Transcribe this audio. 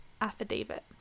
affidavit